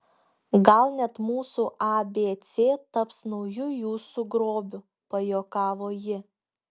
gal net mūsų abc taps nauju jūsų grobiu pajuokavo ji